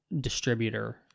distributor